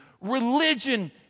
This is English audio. Religion